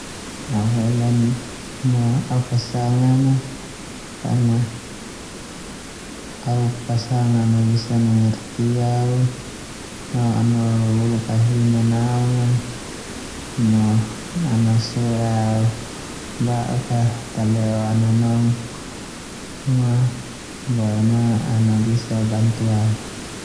Au hele no au pasangan karna au pasangan bisa mengerti au ana bubuluk au hihi nanaung a no ana sue au ba'uk a ta leo au nanong a boe na ana bisa bantu au.